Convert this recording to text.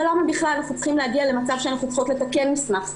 אבל למה בכלל אנחנו צריכים להגיע למצב שאנחנו צריכות לתקן מסמך?